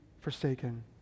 forsaken